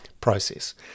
process